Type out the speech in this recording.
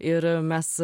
ir mes